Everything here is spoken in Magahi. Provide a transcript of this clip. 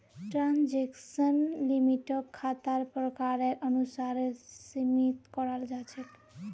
ट्रांजेक्शन लिमिटक खातार प्रकारेर अनुसारेर सीमित कराल जा छेक